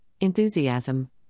enthusiasm